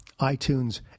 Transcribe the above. iTunes